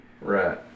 Right